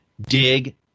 dig